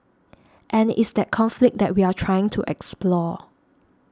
and it's that conflict that we are trying to explore